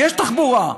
יש תחבורה.